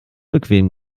bequem